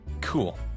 Cool